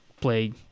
play